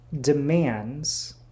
demands